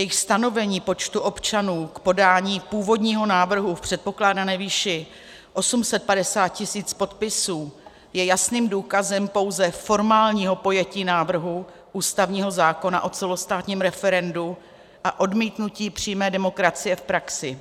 Jejich stanovení počtu občanů k podání původního návrhu v předpokládané výši 850 tisíc podpisů je jasným důkazem pouze formálního pojetí návrhu ústavního zákona o celostátním referendu a odmítnutí přímé demokracie v praxi.